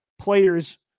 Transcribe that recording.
players